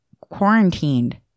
quarantined